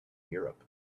europe